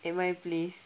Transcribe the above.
at my place